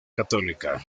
católica